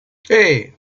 hey